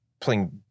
playing